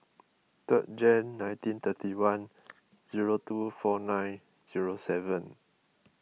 third Jan nineteen thirty one zero two four nine zero seven